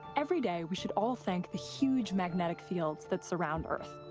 every day, we should all thank the huge magnetic fields that surround earth.